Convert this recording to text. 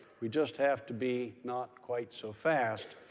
we just have to be not quite so fast.